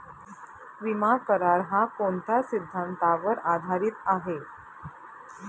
विमा करार, हा कोणत्या सिद्धांतावर आधारीत आहे?